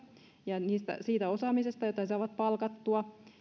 ja siitä osaamisesta jota saavat palkattua